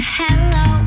hello